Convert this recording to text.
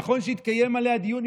ונכון שיתקיים עליה דיון,